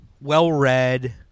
well-read